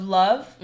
love